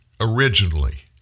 originally